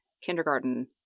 kindergarten